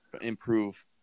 improve